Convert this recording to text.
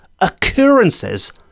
occurrences